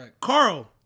Carl